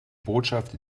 botschaft